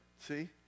See